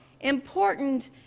important